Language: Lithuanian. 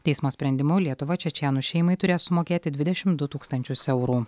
teismo sprendimu lietuva čečėnų šeimai turės sumokėti dvidešim du tūkstančius eurų